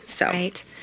Right